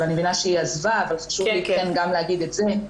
ואני מבינה שהיא עזבה אבל חשוב כן להגיד את זה.